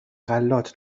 غلات